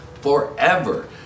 forever